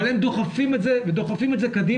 אבל הם דוחפים את זה ודוחפים את זה קדימה,